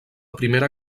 primera